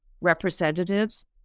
representatives